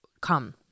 come